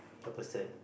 the person